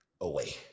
away